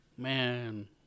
Man